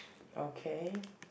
okay